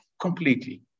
completely